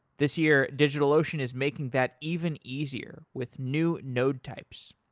this year, digitalocean is making that even easier with new node types.